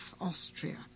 Austria